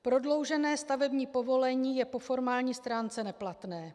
Prodloužené stavební povolení je po formální stránce neplatné.